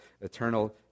eternal